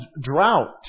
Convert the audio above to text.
drought